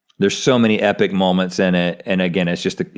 there's so many epic moments in it, and again it's just,